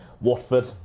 Watford